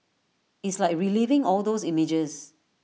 it's like reliving all those images